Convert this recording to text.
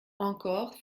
encore